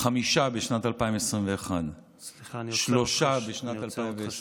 חמישה בשנת 2021. שלושה בשנת 2020. סליחה,